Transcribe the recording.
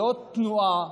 זו תנועה